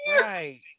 right